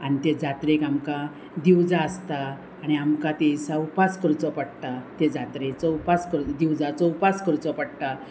आनी ते जात्रेक आमकां दिवजा आसता आनी आमकां ते साव उपास करचो पडटा ते जात्रेचो उपास कर दिवजाचो उपास करचो पडटा